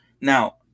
Now